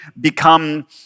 become